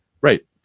right